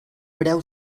breu